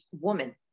woman